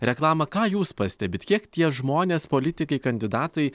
reklamą ką jūs pastebit kiek tie žmonės politikai kandidatai